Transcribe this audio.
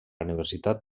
universitat